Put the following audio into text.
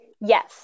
Yes